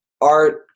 art